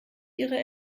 ihre